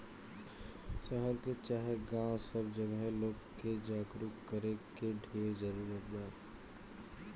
शहर चाहे गांव सब जगहे लोग के जागरूक करे के ढेर जरूरत बा